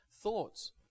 thoughts